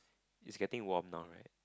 is getting warm now right